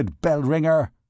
bell-ringer